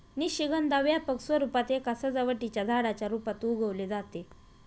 निशिगंधा व्यापक स्वरूपात एका सजावटीच्या झाडाच्या रूपात उगवले जाते